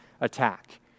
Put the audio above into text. attack